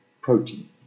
protein